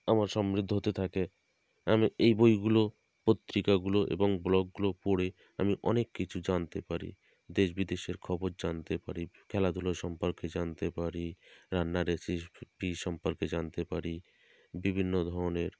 আমার সমৃদ্ধ হতে থাকে আমি এই বইগুলো পত্রিকাগুলো এবং ব্লগগুলো পড়ে আমি অনেক কিছু জানতে পারি দেশ বিদেশের খবর জানতে পারি খেলাধুলা সম্পর্কে জানতে পারি রান্নার রেসিপি সম্পর্কে জানতে পারি বিভিন্ন ধরনের